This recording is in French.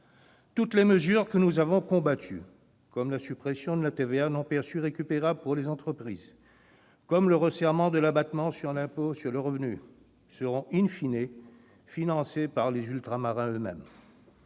Toutes les mesures que nous avons combattues, comme la suppression de la TVA non perçue récupérable pour les entreprises et le resserrement de l'abattement sur l'impôt sur le revenu, seront,, financées par les Ultramarins eux-mêmes.